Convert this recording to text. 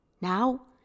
Now